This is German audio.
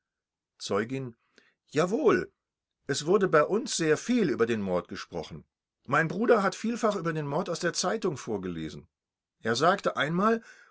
zeugin jawohl es wurde bei uns sehr viel über den mord gesprochen mein bruder hat vielfach über den mord aus der zeitung vorgelesen er sagte einmal